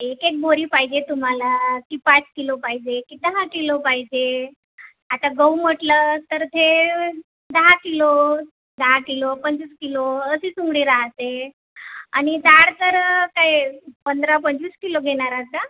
एक एक बोरी पाहिजे तुम्हाला की पाच किलो पाहिजे की दहा किलो पाहिजे आता गहू म्हटलं तर ते दहा किलो दहा किलो पंचवीस किलो अशी चुंगडी राहते आणि डाळ तर काय पंधरा पंचवीस किलो घेणार आहात का